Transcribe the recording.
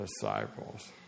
disciples